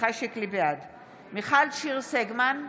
מיכל שיר סגמן,